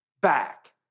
back